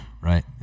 right